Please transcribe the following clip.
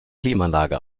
klimaanlage